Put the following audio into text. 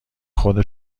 خود